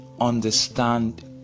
understand